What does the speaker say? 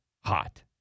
hot